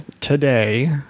today